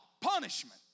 Punishment